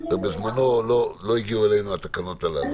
בזמנו לא הגיעו אלינו התקנות הללו.